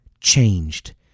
changed